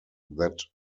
that